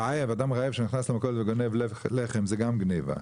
רעב, אדם רעב שנכנס למכולת וגונב לחם זה גם גניבה.